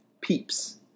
Peeps